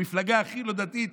היא המפלגה הכי לא דתית.